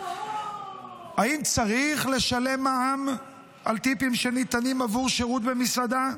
האם צריך לשלם מע"מ על טיפים שניתנים עבור שירות במסעדה?